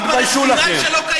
תתביישו לכם.